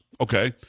Okay